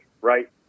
right